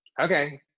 Okay